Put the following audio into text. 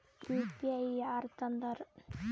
UPI ಯಾರ್ ತಂದಾರ?